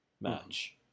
match